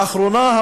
לאחרונה,